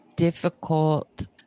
Difficult